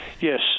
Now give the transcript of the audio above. Yes